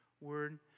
word